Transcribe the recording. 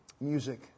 music